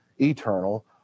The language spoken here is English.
eternal